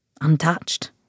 untouched